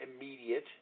immediate